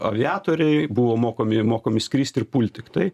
aviatoriai buvo mokomi mokomi skrist ir pult tiktai